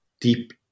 deep